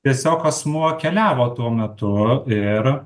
tiesiog asmuo keliavo tuo metu ir